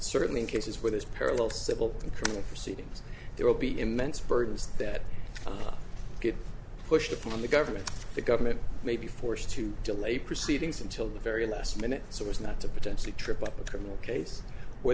certainly in cases where there's parallel civil and criminal proceedings there will be immense burdens that get pushed upon the government the government may be forced to delay proceedings until the very last minute so as not to potentially trip up the criminal case where